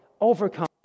overcome